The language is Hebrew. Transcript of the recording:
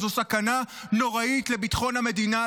זו סכנה נוראית לביטחון המדינה,